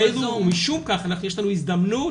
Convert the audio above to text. ומשום כך יש לנו הזדמנות